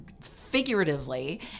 figuratively